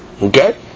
Okay